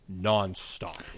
nonstop